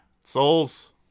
Souls